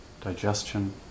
digestion